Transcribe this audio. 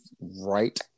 right